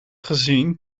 gezien